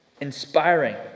inspiring